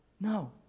No